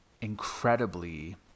incredibly